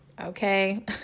okay